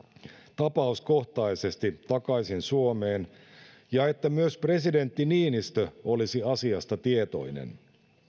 tapauskohtaisesti takaisin suomeen ja että myös presidentti niinistö olisi asiasta tietoinen